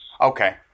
Okay